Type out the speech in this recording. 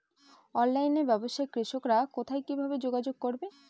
অনলাইনে ব্যবসায় কৃষকরা কোথায় কিভাবে যোগাযোগ করবে?